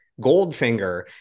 Goldfinger